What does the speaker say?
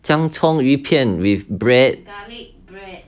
姜葱鱼片 with bread